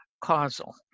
causal